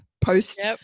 post